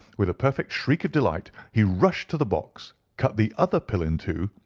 with a perfect shriek of delight he rushed to the box, cut the other pill in two,